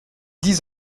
dix